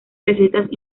recetas